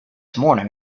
morning